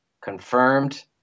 Confirmed